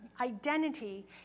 identity